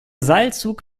seilzug